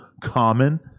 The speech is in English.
common